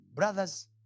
Brothers